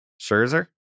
Scherzer